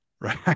right